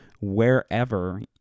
wherever